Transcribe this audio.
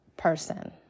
Person